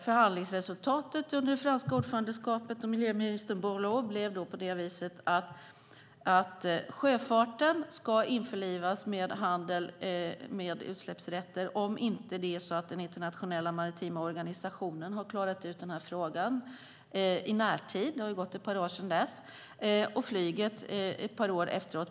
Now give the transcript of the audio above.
Förhandlingsresultatet under det franska ordförandeskapet och miljöminister Borloo blev att sjöfarten ska införlivas i handeln med utsläppsrätter om det inte är så att den internationella maritima organisationen har klarat ut frågan i närtid. Det har gått ett par år sedan dess. Flyget ska införlivas på samma sätt ett par år därefter.